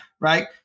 right